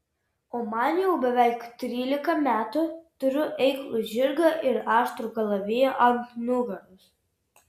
o man jau beveik trylika metų turiu eiklų žirgą ir aštrų kalaviją ant nugaros